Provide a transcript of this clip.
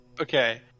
Okay